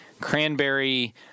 Cranberry